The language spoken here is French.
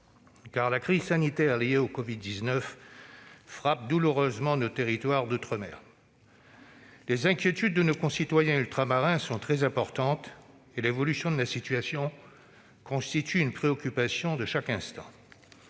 car la crise sanitaire liée au covid-19 frappe douloureusement nos territoires d'outre-mer. Les inquiétudes de nos concitoyens ultramarins sont très importantes et l'évolution de la situation constitue une préoccupation de chaque instant.